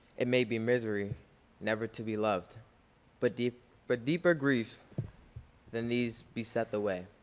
it may be misery never to be loved but deeper but deeper griefs than these beset the way.